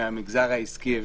מן המגזר העסקי,